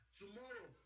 tomorrow